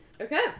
Okay